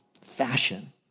fashion